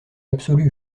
absolu